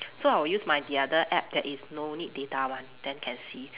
so I will use my the other app that is no need data one then can see